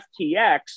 FTX